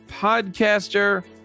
podcaster